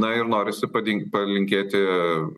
na ir norisi padin palinkėti